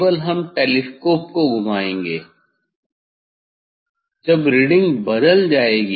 केवल हम टेलीस्कोप को घुमाएंगे तब रीडिंग बदल जायेगी